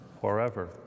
forever